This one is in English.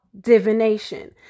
divination